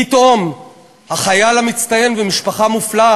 פתאום החייל המצטיין ומשפחה מופלאה,